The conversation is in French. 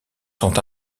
sont